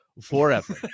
forever